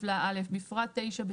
בטבלה - בפרט (9),